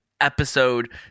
episode